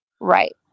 Right